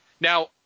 Now